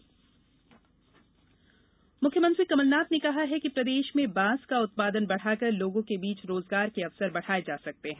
बांस उत्पादन मुख्यमंत्री कमलनाथ ने कहा है कि प्रदेश में बांस का उत्पादन बढ़ाकर लोगों के लिए रोजगार के अवसर बढ़ाये जा सकते हैं